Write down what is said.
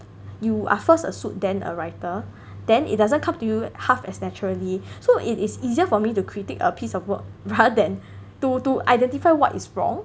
you are first a suit then a writer then it doesn't come to you half as naturally so it is easier for me to critique a piece of work rather than to to identify what is wrong